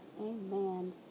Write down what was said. Amen